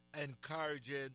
encouraging